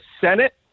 Senate